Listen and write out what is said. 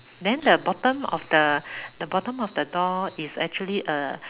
then the bottom of the the bottom of the door is actually a